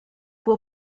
può